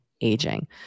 aging